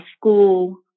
school